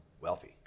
wealthy